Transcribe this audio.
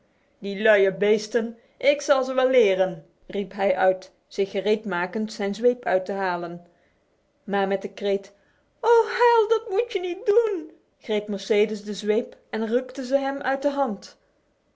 die luie beesten ik zal ze wel leren riep hij uit zich gereedmakend zijn zweep uit te halen maar met de kreet o hal dat moet je niet doen greep mercedes de zweep en rukte ze hem uit de hand